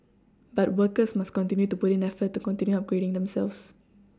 but workers must continue to put in effort to continue upgrading themselves